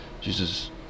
Jesus